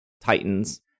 titans